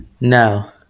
No